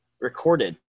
recorded